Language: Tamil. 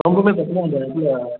ரொம்பவுமே பார்த்தினா அந்த இதை